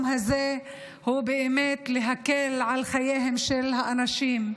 הזה הוא באמת להקל על חייהם של האנשים,